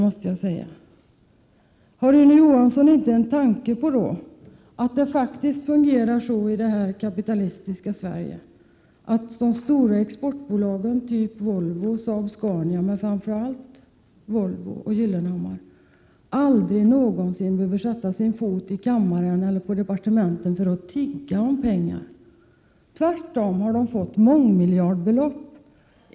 Har Rune Johansson inte en tanke på att det faktiskt fungerar så i det här kapitalistiska Sverige att de stora exportbolagen — Saab-Scania men framför allt Gyllenhammars Volvo —- aldrig någonsin behövt komma till riksdagen eller departementen för att tigga om pengar? Tvärtom har de fått mångmiljardbelopp.